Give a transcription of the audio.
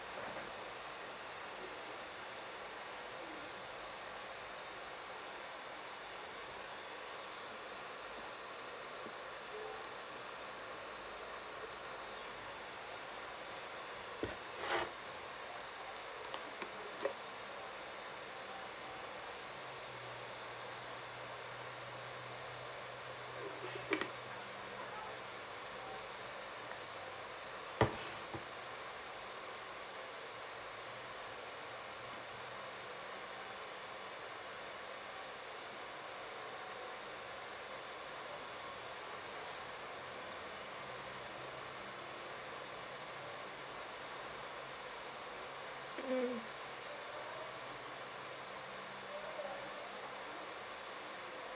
mm mm